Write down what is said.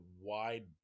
wide